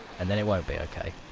and then it won't be okay.